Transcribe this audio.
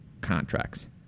contracts